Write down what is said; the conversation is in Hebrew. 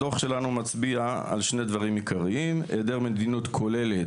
הדו"ח שלנו מצביע על 2 דברים עיקריים: העדר מדיניות כוללת